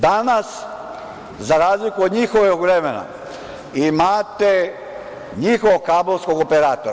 Danas, za razliku od njihovog vremena, imate njihovog kablovskog operatera.